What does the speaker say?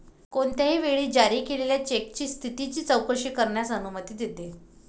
कोणत्याही वेळी जारी केलेल्या चेकच्या स्थितीची चौकशी करण्यास अनुमती देते